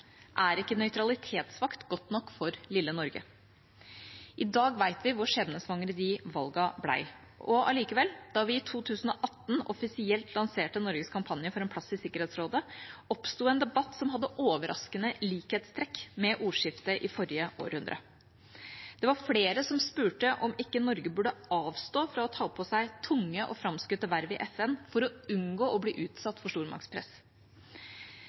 Er ikke nøytralitetsvakt godt nok for lille Norge? I dag vet vi hvor skjebnesvangre de valgene ble. Likevel: Da vi i 2018 offisielt lanserte Norges kampanje for en plass i Sikkerhetsrådet, oppsto en debatt som hadde overraskende likhetstrekk med ordskiftet i forrige århundre. Det var flere som spurte om ikke Norge burde avstå fra å ta på seg tunge og framskutte verv i FN, for å unngå å bli utsatt for stormaktspress.